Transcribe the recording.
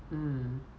mm